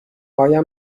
آیا